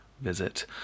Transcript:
visit